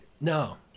No